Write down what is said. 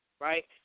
right